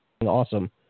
awesome